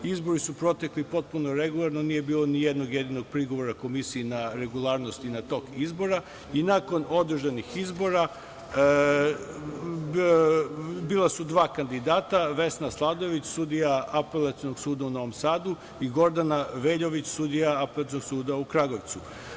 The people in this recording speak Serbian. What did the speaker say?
Izbori su protekli potpuno regularno, nije bilo nijednog jedinog prigovora komisiji na regularnosti i tok izbora, i nakon održanih izbora, bila su dva kandidata, Vesna Sladojević, sudija Apelacionog suda u Novom Sadu i Gordana Veljović, sudija Apelacionog suda u Kragujevcu.